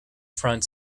front